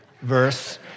verse